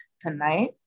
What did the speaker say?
tonight